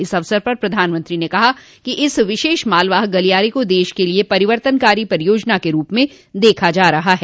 इस अवसर पर प्रधानमंत्री ने कहा कि इस विशेष मालवाहक गलियारे को देश के लिए परिवर्तनकारी परियोजना के रूप में देखा जा रहा है